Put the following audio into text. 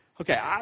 okay